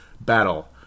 battle